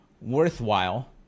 worthwhile